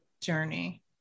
journey